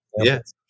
Yes